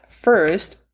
first